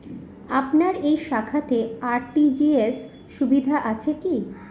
আপনার এই শাখাতে আর.টি.জি.এস সুবিধা আছে কি?